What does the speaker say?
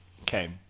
Okay